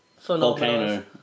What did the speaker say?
Volcano